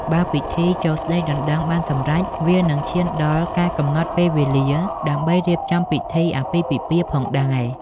បើពិធីចូលស្តីដណ្ដឹងបានសម្រេច វានឹងឈានដល់ការកំណត់ពេលវេលា ដើម្បីរៀបចំពិធីអាពាហ៍ពិពាហ៍ផងដែរ។